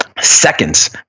seconds